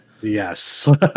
Yes